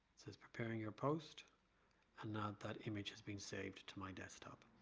says preparing your post and now that image has been saved to my desktop.